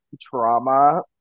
trauma